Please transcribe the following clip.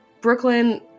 Brooklyn